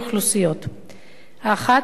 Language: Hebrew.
האחת, על משוחררים בערובה,